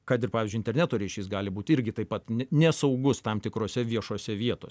kad ir pavyzdžiui interneto ryšys gali būt irgi taip pat nesaugus tam tikrose viešose vietose